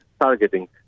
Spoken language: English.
targeting